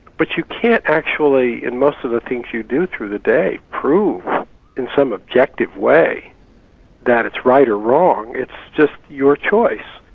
but you can't actually, in most of the things you do through the day, prove in some objective way that it's right or wrong, it's just your choice.